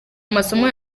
amasomo